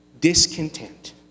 discontent